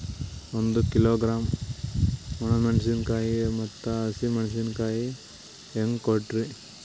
ಒಂದ ಕಿಲೋಗ್ರಾಂ, ಒಣ ಮೇಣಶೀಕಾಯಿ ಮತ್ತ ಹಸಿ ಮೇಣಶೀಕಾಯಿ ಹೆಂಗ ಕೊಟ್ರಿ?